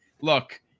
look